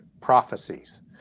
prophecies